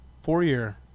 four-year